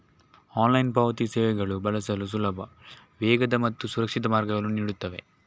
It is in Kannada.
ಆನ್ಲೈನ್ ಪಾವತಿ ಸೇವೆಗಳು ಬಳಸಲು ಸುಲಭ, ವೇಗದ ಮತ್ತು ಸುರಕ್ಷಿತ ಮಾರ್ಗಗಳನ್ನು ನೀಡುತ್ತವೆ